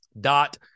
dot